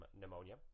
pneumonia